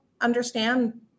understand